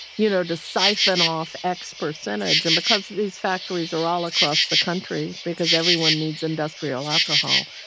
you know, to siphon off x percentage. and because these factories are all across the country because everyone needs industrial alcohol,